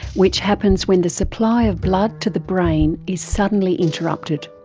which happens when the supply of blood to the brain is suddenly interrupted.